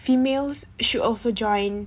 females should also join